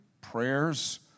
prayers